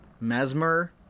mesmer